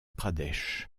pradesh